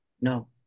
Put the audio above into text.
no